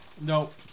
nope